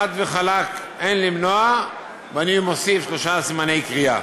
חד וחלק אין למנוע, ואני מוסיף שלושה סימני קריאה.